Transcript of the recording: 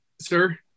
Sir